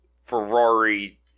Ferrari